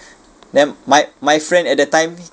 then my my friend at that time